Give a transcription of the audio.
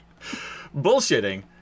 bullshitting